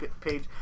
page